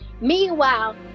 Meanwhile